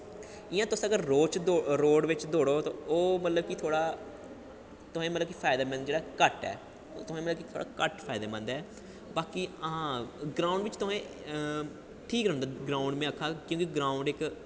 इ'यां तुस अगर रोड़ बिच्च दौड़ो तां ओह् थोह्ड़ा तुसेंगी फायदा मतलब कि घट्ट ऐ तुसें मतलब कि घट्ट फायदेमंद ऐ हां बाकी ग्राउंड़ बिच्च तुसें ठीक रौंह्दा ग्राउंड़ में आक्खा ना कि ग्राउंड़